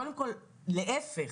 קודם כל, להיפך,